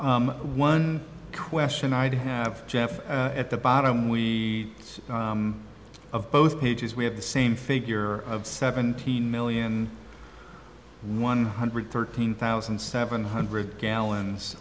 one question i'd have jeff at the bottom we of both pages we have the same figure of seventeen million one hundred thirteen thousand seven hundred gallons